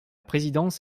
présidence